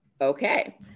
okay